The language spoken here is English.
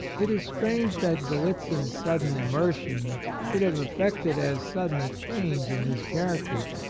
it is strange that gallitzin's sudden immersion should have effected as sudden a change in his character.